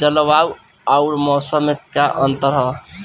जलवायु अउर मौसम में का अंतर ह?